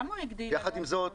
יחד עם זאת,